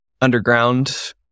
underground